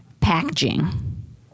packaging